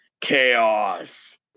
Chaos